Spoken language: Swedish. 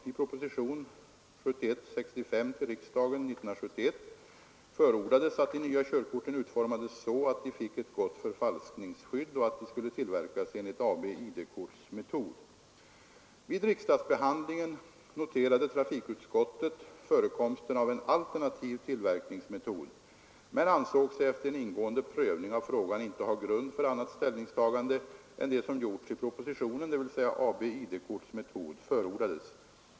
I propositionen 65 år 1971 förordades, att de nya körkorten utformades så att de fick ett gott förfalskningsskydd och att de skulle tillverkas enligt AB ID-korts metod. Vid riksdagsbehandlingen noterade trafikutskottet förekomsten av en alternativ tillverkningsmetod men ansåg sig efter en ingående prövning av frågan inte ha grund för annat ställningstagande än det som gjorts i propositionen, dvs. AB ID-korts metod förordades.